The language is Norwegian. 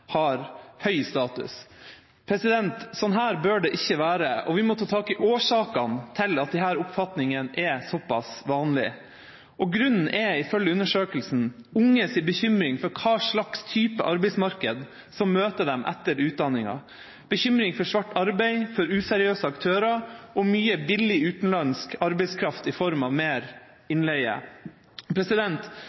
har høy status. Sånn bør det ikke være, og vi må ta tak i årsakene til at disse oppfatningene er så pass vanlige. Grunnen er ifølge undersøkelsen unges bekymring for hva slags type arbeidsmarked som møter dem etter utdanninga, bekymring for svart arbeid, for useriøse aktører og mye billig utenlandsk arbeidskraft i form av mer innleie.